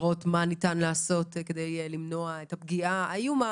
לראות מה ניתן לעשות כדי למנוע את הפגיעה האיומה